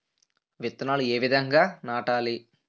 విత్తనాలు ఏ విధంగా నాటాలి?